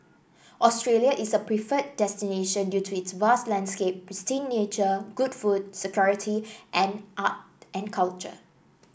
Australia is a preferred destination due to its vast landscape pristine nature good food security and art and culture